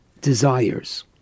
desires